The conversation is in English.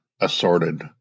assorted